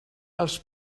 els